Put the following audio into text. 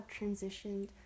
transitioned